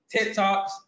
TikToks